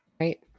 right